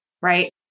right